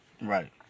Right